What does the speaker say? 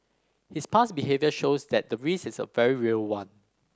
his past behaviour shows that the risk is a very real one